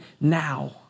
now